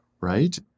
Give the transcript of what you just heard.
right